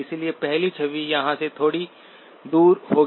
इसलिए पहली छवि यहां से थोड़ी दूर होगी